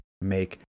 make